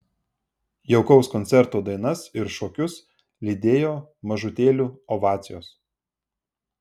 jaukaus koncerto dainas ir šokius lydėjo mažutėlių ovacijos